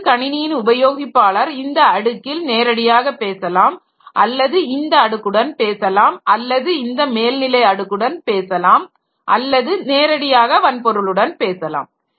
பிறகு கணினியின் உபயோகிப்பாளர் இந்த அடுக்கில் நேரடியாகப் பேசலாம் அல்லது இந்த அடுக்குடன் பேசலாம் அல்லது இந்த மேல்நிலை அடுக்குடன் பேசலாம் அல்லது நேரடியாக வன்பொருளுடன் பேசலாம்